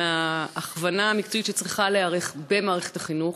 להכוונה המקצועית שצריכה להיערך במערכת החינוך,